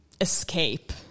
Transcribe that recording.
escape